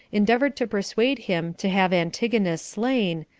endeavored to persuade him to have antigonus slain,